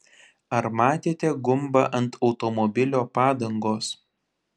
ar matėte gumbą ant automobilio padangos